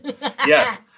Yes